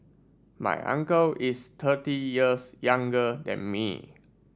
my uncle is thirty years younger than me